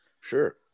Sure